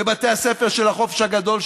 ובתי הספר של החופש הגדול,